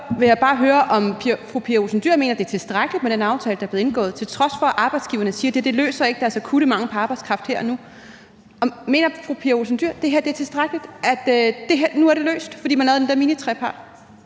jeg bare høre, om fru Pia Olsen Dyhr mener, det er tilstrækkeligt med den aftale, der er blevet indgået, til trods for at arbejdsgiverne siger, at det ikke løser deres akutte mangel på arbejdskraft her og nu. Mener fru Pia Olsen Dyhr, at det her er tilstrækkeligt – at nu er det løst, fordi man lavede den der